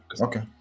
okay